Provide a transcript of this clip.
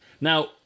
Now